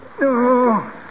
No